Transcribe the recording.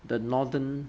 the northern